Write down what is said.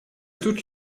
toutes